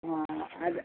ہاں اد